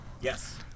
Yes